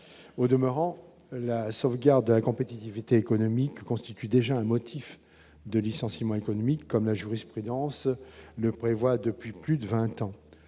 au demeurant la sauvegarde de la compétitivité économique constitue déjà un motif de licenciement économique, comme la jurisprudence le prévoit depuis plus de 20 ans,